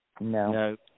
No